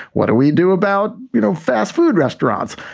what do we do about you know fast food restaurants?